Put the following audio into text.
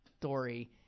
story